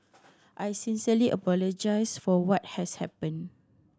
I sincerely apologise for what has happened